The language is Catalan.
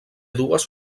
dues